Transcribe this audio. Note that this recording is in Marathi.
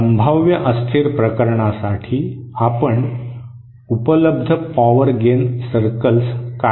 संभाव्य अस्थिर प्रकरणासाठी आपण उपलब्ध पॉवर गेन सर्कल्स काढता